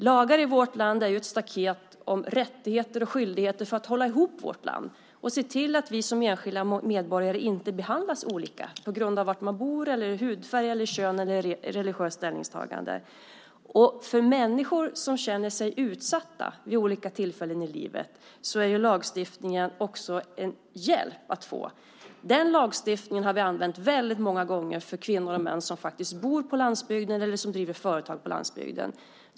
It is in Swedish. Lagar i vårt land är ett staket omkring rättigheter och skyldigheter för att hålla ihop vårt land och se till att vi som enskilda medborgare inte behandlas olika på grund av var man bor, hudfärg, kön eller religiöst ställningstagande. För människor som vid olika tillfällen i livet känner sig utsatta är lagstiftningen också en hjälp. Den lagstiftningen har vi använt väldigt många gånger för kvinnor och män som bor på landsbygden eller som driver företag på landsbygden.